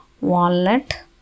Wallet